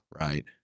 right